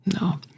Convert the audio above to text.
No